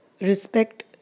respect